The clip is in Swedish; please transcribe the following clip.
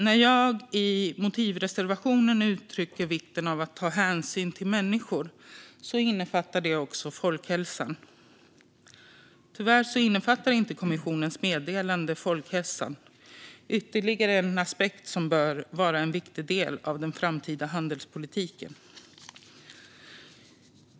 När jag i motivreservationen uttrycker vikten av att ta hänsyn till människor innefattar det också folkhälsan. Tyvärr innefattar inte kommissionens meddelande folkhälsan, vilket är ytterligare en aspekt som bör vara en viktig del av den framtida handelspolitiken.